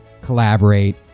collaborate